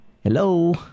Hello